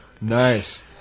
Nice